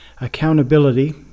accountability